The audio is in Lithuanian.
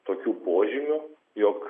tokių požymių jog